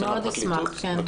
אני מאוד אשמח, כן.